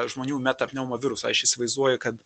žmonių meta pneumo virusą aš įsivaizduoju kad